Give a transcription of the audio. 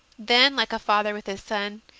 then, like a father with his son,